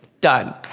done